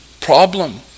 problem